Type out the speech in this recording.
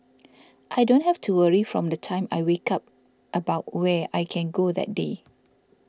I don't have to worry from the time I wake up about where I can go that day